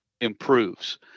improves